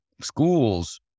schools